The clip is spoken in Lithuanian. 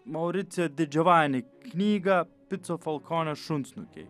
mauricio didžiovani knygą picofokonio šunsnukiai